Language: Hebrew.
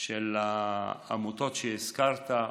של העמותות שהזכרת,